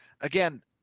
Again